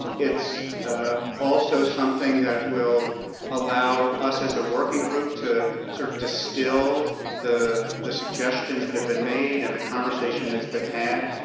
it's also something that will allow us as a working group to sort of distill the the suggestions that have been made and the conversation that's been had.